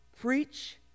Preach